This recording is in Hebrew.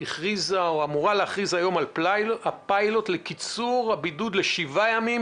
אמורה להכריז היום על פיילוט לקיצור הבידוד ל-7 ימים,